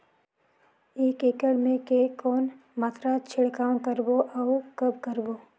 एक एकड़ मे के कौन मात्रा छिड़काव करबो अउ कब करबो?